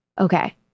Okay